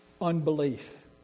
unbelief